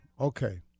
Okay